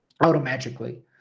automatically